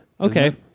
Okay